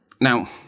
Now